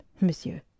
monsieur